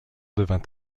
devint